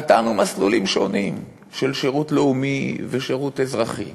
נתנו מסלולים שונים של שירות לאומי ושירות אזרחי